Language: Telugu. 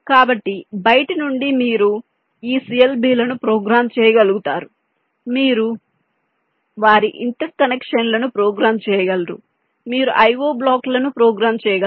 కాబట్టి బయటి నుండి మీరు ఈ CLB లను ప్రోగ్రామ్ చేయగలుగుతారు మీరు వారి ఇంటర్ కనెక్షన్లను ప్రోగ్రామ్ చేయగలరు మీరు IO బ్లాకులను ప్రోగ్రామ్ చేయగలరు